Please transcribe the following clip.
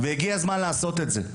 הגיע הזמן לעשות את זה,